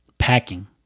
Packing